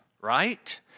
Right